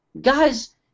Guys